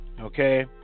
Okay